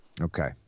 Okay